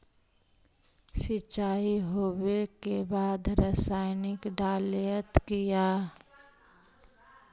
सीचाई हो बे के बाद रसायनिक डालयत किया?